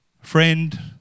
friend